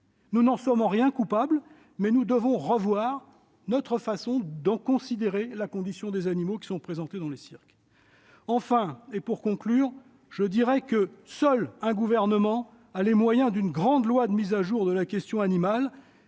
Nous n'en sommes en rien coupables, mais nous devons revoir la conception que nous avons de la condition des animaux présentés dans les cirques. Enfin, et pour conclure, seul un gouvernement a les moyens d'une grande loi de mise à jour de la question animale.